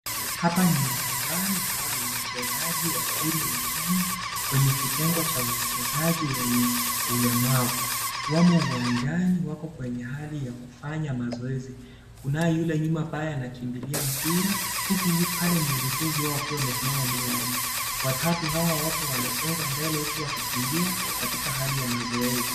Hapa ni uwajani na hawa ni wachezaji wa timu ya kenya kwenye kitengo cha wachezaji wenye ulemavu. Wamo uwanjani wako kwenye hali ya kufanya mazoezi . Kunaye yule nyuma ambaye anakimbilia mpira huku pale mwelekezi wao akiwa amesimama pale nyuma watatu hawa wako wanasonga mbele wanakimbia katika hali ya mazoezi.